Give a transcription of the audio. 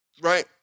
right